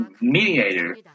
mediator